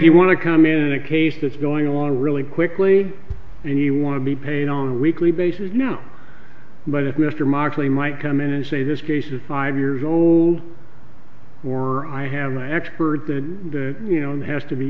you want to come in a case that's going on really quickly and he want to be paid on a weekly basis now but if mr martin might come in and say this case is five years old or i have an expert that you know has to be